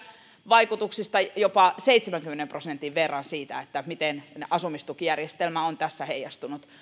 vaikutuksista jopa seitsemänkymmenen prosentin verran siitä miten asumistukijärjestelmä on tässä heijastunut